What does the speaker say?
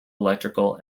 electrical